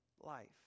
life